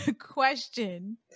question